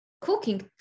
cooking